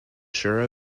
sure